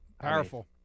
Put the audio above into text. Powerful